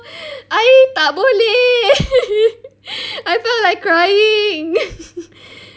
I tak boleh I felt like crying